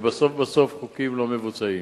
ובסוף בסוף, חוקים לא מבוצעים.